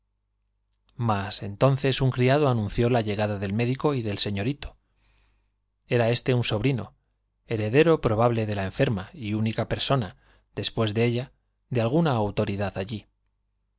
mas entonces un criado anunció la llegada del médico y del señorito era éste un sobrino heredero probable de la enferma y única persona después de ella de alguna autoridad allí